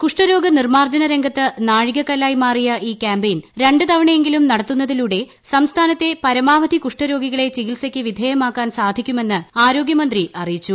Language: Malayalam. കുഷ്ഠരോഗ നിർമ്മാർജന രംഗത്ത് നാഴികക്കല്ലായി മാറിയ ഈ ക്യാമ്പയിൻ രണ്ട് തവണയെങ്കിലും നടത്തുന്നതിലൂടെ സംസ്ഥാനത്തെ പരമാവധി കുഷ്ഠ രോഗികളെ ചികിത്സയ്ക്ക് വിധേയമാക്കാൻ സാധിക്കുമെന്ന് ആരോഗൃമന്ത്രി അറിയിച്ചു